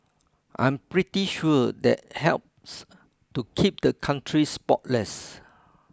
I'm pretty sure that helps to keep the country spotless